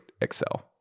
Excel